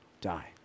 die